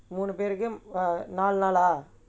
மூணு பேருக்கு நாலு நாள்:moonu perukku naalu naal ah